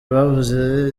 bavuze